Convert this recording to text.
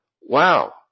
Wow